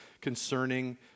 concerning